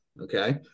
Okay